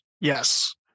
yes